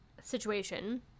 situation